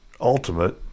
Ultimate